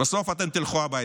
אתם תלכו הביתה,